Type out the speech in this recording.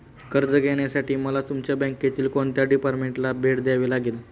कर्ज घेण्यासाठी मला तुमच्या बँकेतील कोणत्या डिपार्टमेंटला भेट द्यावी लागेल?